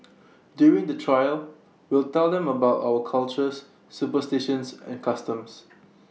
during the trail we'll tell them about our cultures superstitions and customs